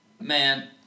Man